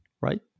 right